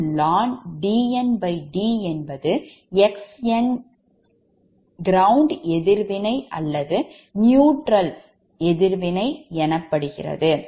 2DnD என்பது Xn ground எதிர்வினை அல்லது நடுநிலை எதிர்வினை எனப்படும்